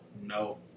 No